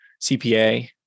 CPA